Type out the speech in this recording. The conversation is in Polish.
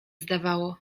zdawało